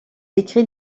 écrit